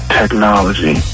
technology